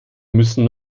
müssen